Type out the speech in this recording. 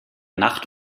nacht